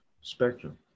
spectrum